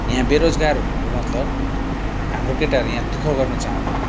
यहाँ बेरोजगार हुनुको मतलब हाम्रो केटाहरू यहाँ दु ख गर्नु चाहँदैन